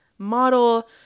model